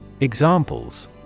Examples